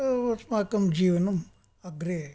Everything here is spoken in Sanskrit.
अस्माकं जीवनम् अग्रे